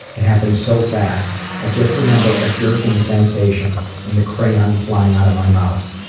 it happened so fast. i just remember a jerking sensation and the crayon flying out of my mouth.